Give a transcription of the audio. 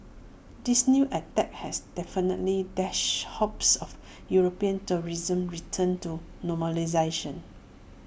this new attack has definitely dashed hopes of european tourism's return to normalisation